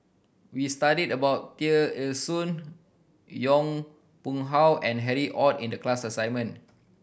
we studied about Tear Ee Soon Yong Pung How and Harry Ord in the class assignment